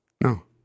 No